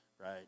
right